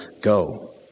go